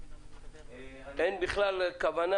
אין בכלל כוונה